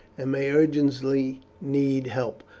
and may urgently need help.